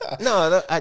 no